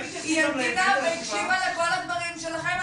היא המתינה והקשיבה לכל הדברים שלכם,